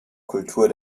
kultur